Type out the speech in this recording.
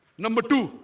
number two